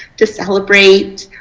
to celebrate,